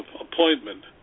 appointment